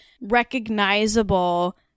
recognizable